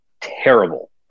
terrible